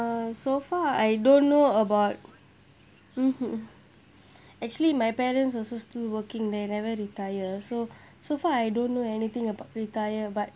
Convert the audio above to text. uh so far I don't know about mmhmm actually my parents also still working they never retire so so far I don't know anything about retire but